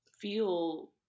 feel